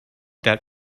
that